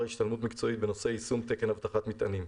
השתלמות מקצועית בנושא יישום תקן אבטחת מטענים."